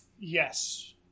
Yes